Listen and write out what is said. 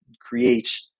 create